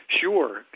Sure